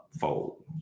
fold